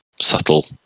subtle